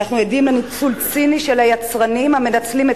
אנחנו עדים לניצול ציני של היצרנים המנצלים את